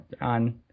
on